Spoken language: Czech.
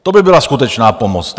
To by byla skutečná pomoc.